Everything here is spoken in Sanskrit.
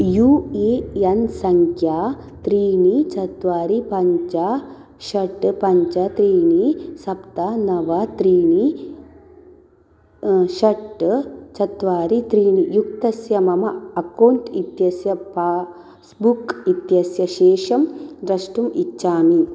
यू ए एन् सङ्ख्या त्रीणि चत्वारि पञ्च षट् पञ्च त्रीणि सप्त नव त्रीणि षट् चत्वारि त्रीणि युक्तस्य मम अकौण्ट् इत्यस्य पास्बुक् इत्यस्य शेषं द्रष्टुम् इच्छामि